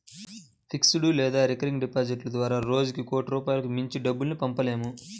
fixed లేదా recurring డిపాజిట్ల ద్వారా రోజుకి కోటి రూపాయలకు మించి డబ్బుల్ని పంపలేము